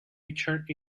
richard